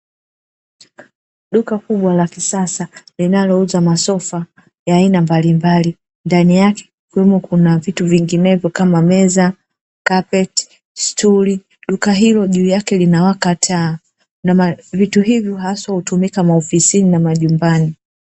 Duka kubwa la kisasa linalouza masofa ya aina mbalimbali, ndani yake kukiwemo na vitu vinginevyo kama meza, kapeti, stuli. Duka hilo juu yake linawaka taa. Vitu hivyo hutumika hasa maofisini na majumbani.